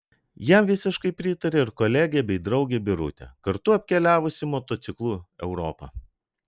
jam visiškai pritarė ir kolegė bei draugė birutė kartu apkeliavusi motociklu europą